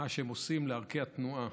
למה שהם עושים לערכי התנועה.